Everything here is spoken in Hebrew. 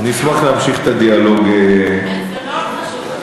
גברתי היושבת-ראש,